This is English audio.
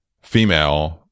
female